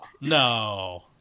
No